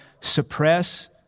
Suppress